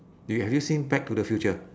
do you have you seen back to the future